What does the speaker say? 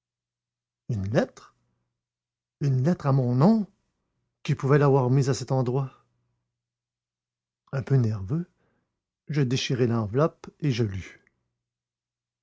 une lettre une lettre à mon nom qui pouvait l'avoir mise à cet endroit un peu nerveux je déchirai l'enveloppe et je lus